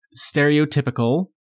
stereotypical